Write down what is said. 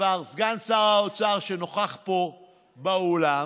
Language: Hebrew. וסגן שר האוצר, שנוכח פה באולם,